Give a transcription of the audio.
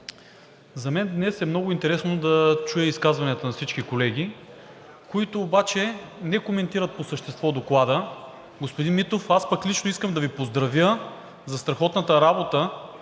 За мен днес е много интересно да чуя изказванията на всички колеги, които обаче не коментират по същество Доклада. Господин Митов, аз пък лично искам да Ви поздравя за страхотната работа